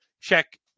check